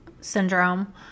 syndrome